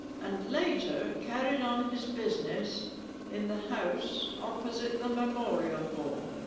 and later carried on his business in the house opposite the memorial hall